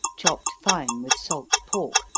chopped fine with salt pork,